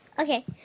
Okay